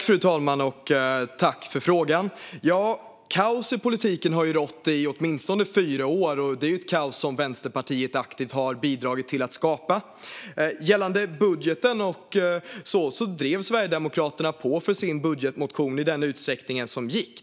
Fru talman! Jag tackar för frågan. Kaos i politiken har ju rått i åtminstone fyra år, och det är ett kaos som Vänsterpartiet aktivt har bidragit till att skapa. Gällande budgeten drev Sverigedemokraterna på för vår budgetmotion i den utsträckning som gick.